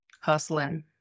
Hustling